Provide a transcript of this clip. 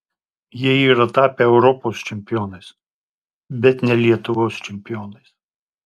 jie yra tapę europos čempionais bet ne lietuvos čempionais